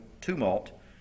tumult